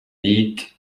need